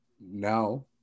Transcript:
now